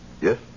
Yes